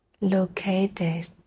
located